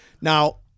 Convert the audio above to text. Now